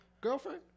girlfriend